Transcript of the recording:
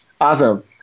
Awesome